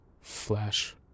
flash